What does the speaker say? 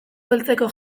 beltzeko